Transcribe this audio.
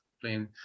playing